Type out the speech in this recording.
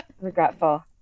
regretful